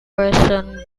person